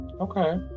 Okay